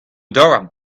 daouarn